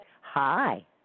Hi